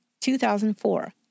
2004